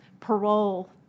Parole